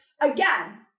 again